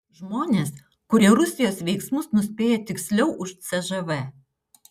žmonės kurie rusijos veiksmus nuspėja tiksliau už cžv